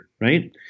right